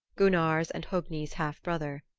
gunnar's and hogni's half-brother.